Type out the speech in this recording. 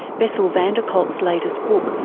bessel van der kolk's latest book,